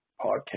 podcast